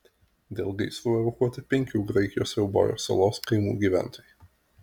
dėl gaisrų evakuoti penkių graikijos eubojos salos kaimų gyventojai